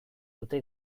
dute